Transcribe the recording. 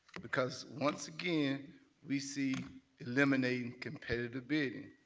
because once again we see eliminating competitive bidding.